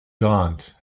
gaunt